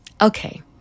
Okay